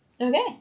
Okay